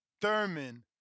Thurman